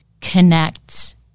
connect